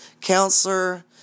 counselor